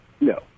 no